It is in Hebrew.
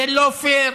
זה לא פייר.